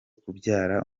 kubyara